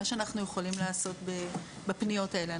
מה שאנחנו יכולים לעשות בפניות האלה,